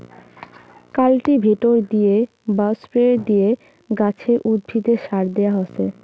cultivator দিয়ে বা spray দিয়ে গাছে, উদ্ভিদে সার দেয়া হসে